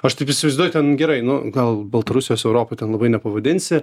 aš taip įsivaizduoju ten gerai nu gal baltarusijos europa ten labai nepavadinsi